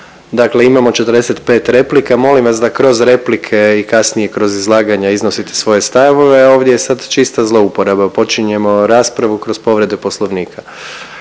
Dakle, imamo 45 replika molim vas kroz replike i kasnije kroz izlaganja iznosite svoje stavove, a ovdje je sad čista zlouporaba. Počinjemo raspravu kroz povredu Poslovnika.